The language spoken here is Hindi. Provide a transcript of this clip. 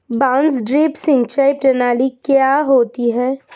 बांस ड्रिप सिंचाई प्रणाली क्या होती है?